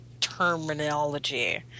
terminology